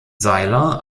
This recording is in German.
seiler